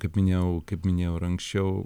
kaip minėjau kaip minėjau ir anksčiau